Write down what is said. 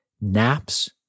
naps